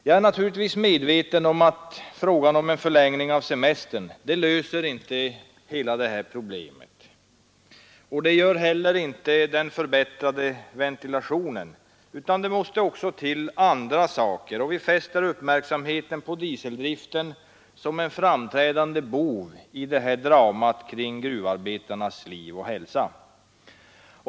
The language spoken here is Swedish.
Jag är naturligtvis medveten om att en förlängning av semestern inte löser hela problemet. Det gör inte heller den förbättrade ventilationen. Det måste också andra saker till. Vi fäster uppmärksamheten på dieseldriften som en framträdande ”bov” i detta drama kring gruvarbetarnas liv och hälsa.